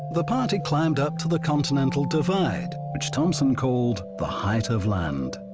the party climbed ah to the continental divide. which thompson called the height of land.